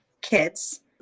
kids